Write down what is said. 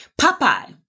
Popeye